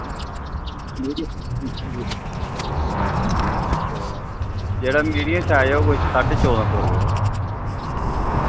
अच्छा जेह्ड़ा medium size दा ओह् कोई चौदां सौ रपेऽ दा